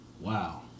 Wow